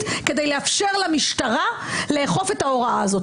כדי לאפשר למשטרה לאכוף את ההוראה הזו,